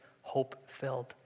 hope-filled